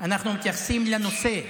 אנחנו מתייחסים לנושא.